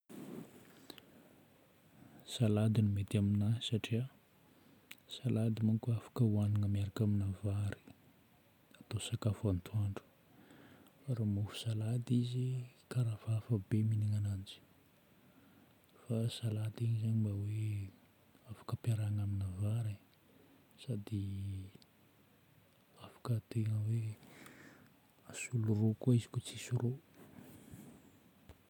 Salady no mety aminahy satria salady manko afaka hohagnina miaraka amina vary, atao sakafo antoandro. Raha mofo salady izy karaha hafahafa be mihinagna ananjy. Fa salady izy zagny mba hoe afaka ampiarahagna amina vary e, sady afaka tegna hoe asolo ro koa izy koa tsisy ro.